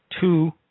two